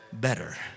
better